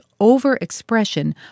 overexpression